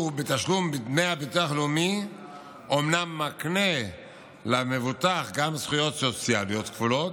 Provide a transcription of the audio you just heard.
בתשלום דמי ביטוח לאומי אומנם מקנה למבוטח גם זכויות סוציאליות כפולות,